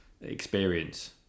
experience